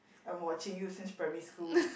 I'm watching you since primary school